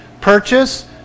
purchase